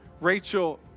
Rachel